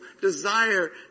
desire